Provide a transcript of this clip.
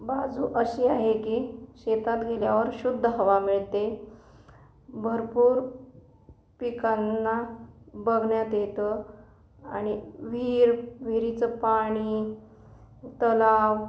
बाजू अशी आहे की शेतात गेल्यावर शुद्ध हवा मिळते भरपूर पिकांना बघण्यात येतं आणि विहीर विहिरीचं पाणी तलाव